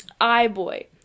iBoy